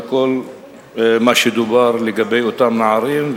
וכל מה שדובר לגבי אותם נערים,